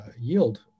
yield